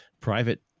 private